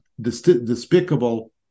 despicable